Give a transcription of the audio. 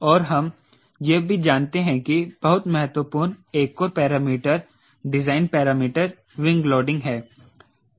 और हम यह भी जानते हैं कि बहुत महत्वपूर्ण एक और parameter design parameter wing loading है